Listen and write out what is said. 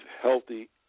healthy